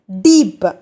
deep